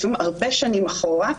לפעמים הרבה שנים אחורה.